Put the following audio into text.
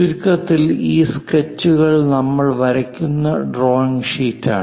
ചുരുക്കത്തിൽ ഈ സ്കെച്ചുകൾ നമ്മൾ വരയ്ക്കുന്ന ഡ്രോയിംഗ് ഷീറ്റാണ്